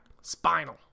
Spinal